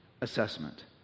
assessment